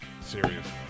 Serious